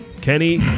Kenny